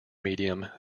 medium